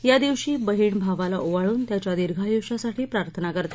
या दिवशी बहिण भावाला ओवाळून त्याच्या दीर्घायुष्यासाठी प्रार्थना करते